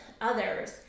others